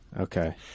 Okay